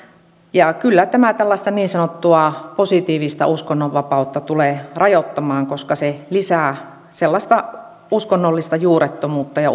ja kyllä tämä tällaista niin sanottua positiivista uskonnonvapautta tulee rajoittamaan koska se lisää sellaista uskonnollista juurettomuutta ja